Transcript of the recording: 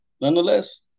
nonetheless